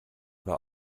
war